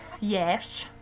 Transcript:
yes